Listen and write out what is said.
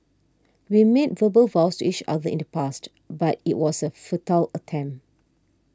we made verbal vows to each other in the past but it was a futile attempt